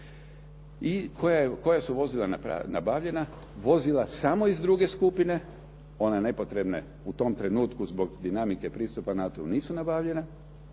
I koja su vozila nabavljena? Vozila samo iz druge skupine, one nepotrebne u tom trenutku zbog dinamike pristupa NATO-u nisu nabavljena,